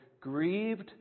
grieved